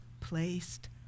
placed